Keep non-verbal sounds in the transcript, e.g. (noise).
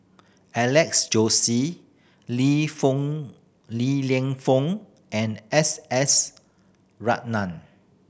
Alex Josey Li (unintelligible) Li Lienfung and S S Ratnam